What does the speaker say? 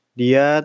dia